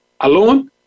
alone